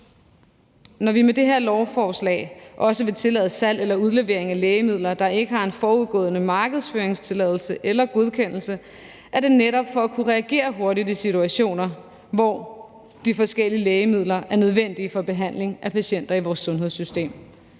Når vi med det her lovforslag også vil tillade salg eller udlevering af lægemidler, der ikke har en forudgående markedsføringstilladelse eller -godkendelse, er det netop for at kunne reagere hurtigt i situationer, hvor de forskellige lægemidler er nødvendige for behandling af patienter i vores sundhedssystem.